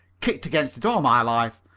kicked against it all my life.